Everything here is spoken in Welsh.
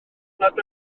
nad